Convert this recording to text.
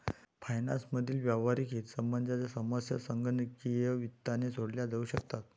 finance मधील व्यावहारिक हितसंबंधांच्या समस्या संगणकीय वित्ताने सोडवल्या जाऊ शकतात